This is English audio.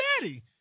daddy